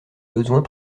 besoins